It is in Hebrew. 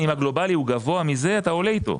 אם הגלובלי הוא גבוה מזה, אתה עולה איתו.